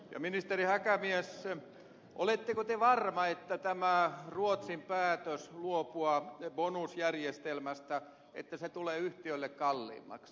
ministeri häkämies oletteko te varma että tämä ruotsin päätös luopua bonusjärjestelmästä tulee yhtiölle kalliimmaksi